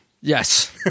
yes